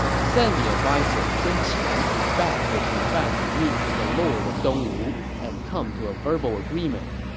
send the adviser sun qian back with lu fan to meet with the lord of dongwu and come to a verbal agreement,